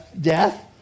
death